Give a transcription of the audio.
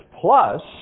plus